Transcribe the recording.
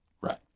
Right